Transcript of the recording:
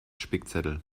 spickzettel